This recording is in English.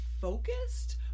focused